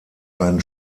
ein